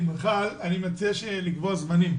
אני מציע לקבוע זמנים,